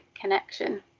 connection